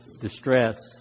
distress